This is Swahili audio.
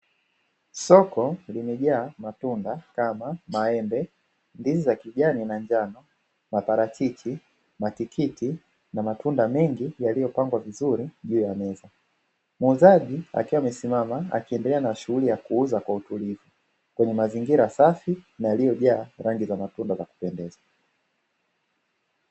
Soko limejaa matunda kama: maembe, ndizi za kijani na njano, maparachichi, matikiti na matunda mengi yaliyopangwa vizuri juu ya meza. Muuzaji akiwa amesimama akiendelea na shughuli ya kuuza kwa utulivu, kwenye mazingira safi na yaliyojaa rangi za matunda za kupendeza.